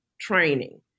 training